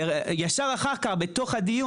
ישר אחר-כך בתוך הדיון,